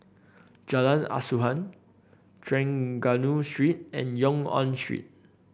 Jalan Asuhan Trengganu Street and Yung An Road